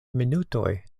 minutoj